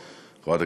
מוותר,